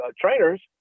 trainers